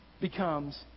becomes